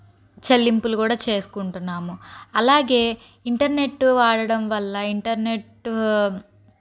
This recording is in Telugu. చెల్లింపులు కూడా చేసుకుంటున్నాము అలాగే ఇంటర్నెట్ వాడడం వల్ల ఇంటర్నెట్